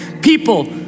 People